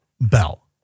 bell